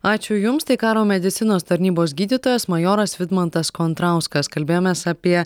ačiū jums tai karo medicinos tarnybos gydytojas majoras vidmantas kontrauskas kalbėjomės apie